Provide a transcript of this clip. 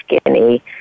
skinny